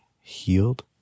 healed